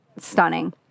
stunning